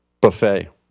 buffet